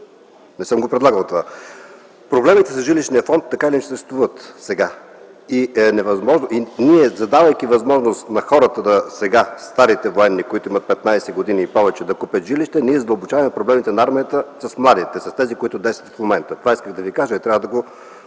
Не съм го предлагал това. Проблемите за жилищния фонд така или иначе съществуват сега и ние, давайки възможност на старите военни, които имат петнадесет и повече години служба, да купят жилища, задълбочаваме проблемите на армията с младите, тези, които действат в момента. Това исках да ви кажа и трябва да го